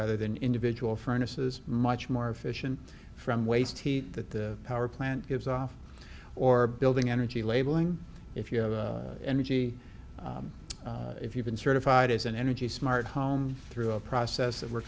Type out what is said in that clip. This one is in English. rather than individual furnace is much more efficient from waste heat that the power plant gives off or building energy labeling if you have the energy if you've been certified as an energy smart home through a process that we're